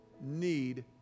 need